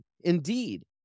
Indeed